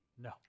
No